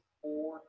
four